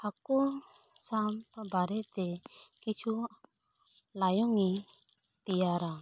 ᱦᱟᱹᱠᱩ ᱥᱟᱵ ᱵᱟᱨᱮ ᱛᱮ ᱠᱤᱪᱷᱩ ᱞᱟᱭᱚᱝ ᱤᱧ ᱛᱮᱭᱟᱨᱟ